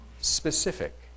specific